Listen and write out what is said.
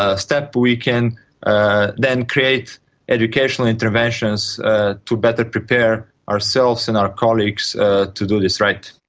ah step, we can ah then create educational interventions to better prepare ourselves and our colleagues to do this right.